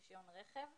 רישיון רכב.